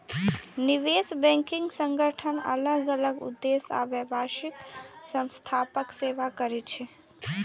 निवेश बैंकिंग संगठन अलग अलग उद्देश्य आ व्यावसायिक संस्थाक सेवा करै छै